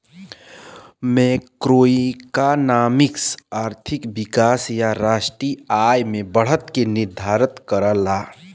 macroeconomics आर्थिक विकास या राष्ट्रीय आय में बढ़त के निर्धारित करला